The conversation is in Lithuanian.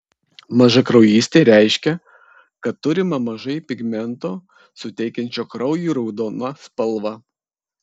mažakraujystė reiškia kad turima mažai pigmento suteikiančio kraujui raudoną spalvą